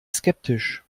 skeptisch